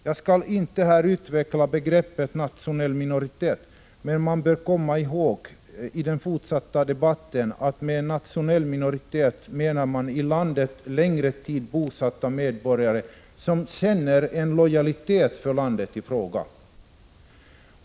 Jag skall inte här utveckla begreppet nationell minoritet, men man bör komma ihåg i den fortsatta debatten, att med en nationell minoritet menar man i landet under längre tid bosatta medborgare som känner en lojalitet för landet i fråga.